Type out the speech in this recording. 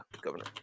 governor